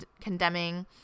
condemning